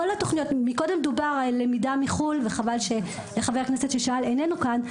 קודם דובר על למידה מחו"ל וחבל שחבר הכנסת ששאל איננו כאן.